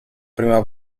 prima